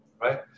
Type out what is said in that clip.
right